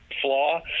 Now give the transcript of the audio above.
flaw